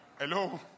Hello